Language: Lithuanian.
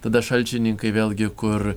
tada šalčininkai vėl gi kur